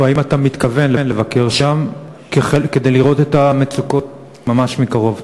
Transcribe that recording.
או האם אתה מתכוון לבקר שם כדי לראות את המצוקות ממש מקרוב?